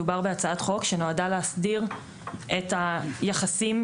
מדובר בהצעת חוק שנועדה להסדיר את היחסים,